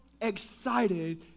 excited